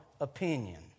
opinion